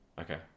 Okay